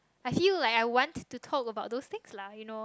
I feel like I want to talk about those thing lah you know